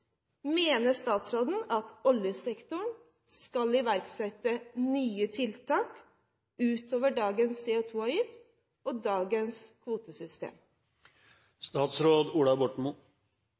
Mener statsråden at oljesektoren skal iverksette nye tiltak utover dagens CO2-avgift og dagens